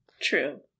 True